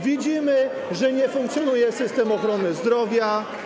Widzimy, że nie funkcjonuje system ochrony zdrowia.